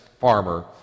farmer